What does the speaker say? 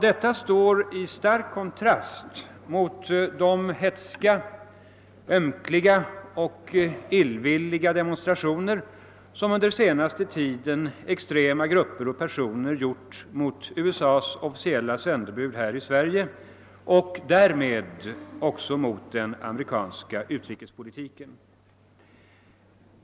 Detta står i stark kontrast mot de hätska, ömkliga och illvilliga demonstrationer som under senaste tiden extrema grupper och personer gjort mot USA:s officiella sändebud här i Sverige och därmed också mot den amerikanska utrikespolitiken.